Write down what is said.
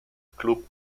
club